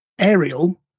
aerial